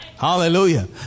Hallelujah